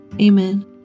Amen